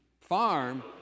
farm